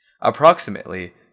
Approximately